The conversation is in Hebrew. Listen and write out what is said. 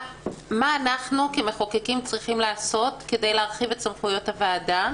מה אנחנו כמחוקקים צריכים לעשות כדי להרחיב את סמכויות הוועדה,